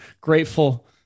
Grateful